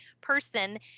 person